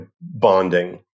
bonding